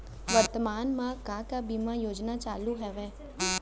वर्तमान में का का बीमा योजना चालू हवये